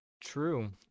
True